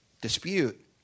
dispute